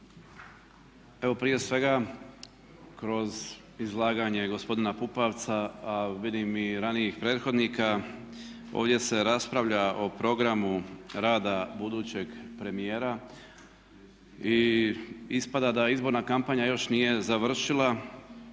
Evo prije svega kroz izlaganje gospodina Pupovca vidim i ranijih prethodnika ovdje se raspravlja o programu rada budućeg premijera i ispada da izborna kampanja još nije završila.